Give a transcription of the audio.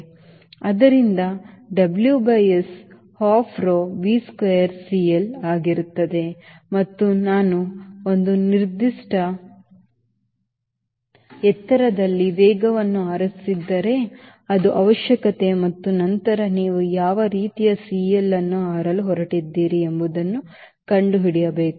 ಆದ್ದರಿಂದ W by S half rho V square CL ಆಗಿರುತ್ತದೆ ಮತ್ತು ನಾವು ಒಂದು ನಿರ್ದಿಷ್ಟ ಎತ್ತರದಲ್ಲಿ ವೇಗವನ್ನು ಆರಿಸಿದ್ದರೆ ಅದು ಅವಶ್ಯಕತೆ ಮತ್ತು ನಂತರ ನೀವು ಯಾವ ರೀತಿಯ CLಅನ್ನು ಹಾರಲು ಹೊರಟಿದ್ದೀರಿ ಎಂಬುದನ್ನು ಕಂಡುಹಿಡಿಯಬೇಕು